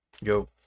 Yo